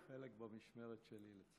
חלק במשמרת שלי.